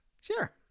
Sure